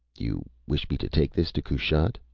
you wish me to take this to kushat?